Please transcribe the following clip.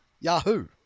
Yahoo